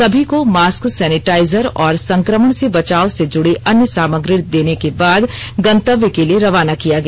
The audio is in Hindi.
समी को मास्कसेनिटाइजर और संक्रमण से बचाव से जुड़ी अन्य सामग्री देने के बाद गतव्य के लिए रवाना किया गया